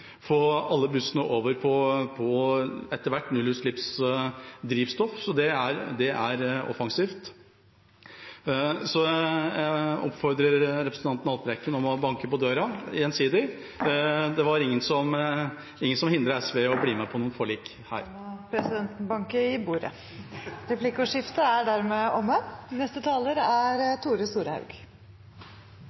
få alle bussene over på nullutslippsdrivstoff. Det er offensivt. Jeg oppfordrer representanten Haltbrekken gjensidig om å banke på døra. Det var ingen som hindret SV i å bli med på noe forlik her. Presidenten må banke i bordet – taletiden er omme. Replikkordskiftet er omme. La meg begynne med å takke saksordføraren og alle andre for arbeidet som er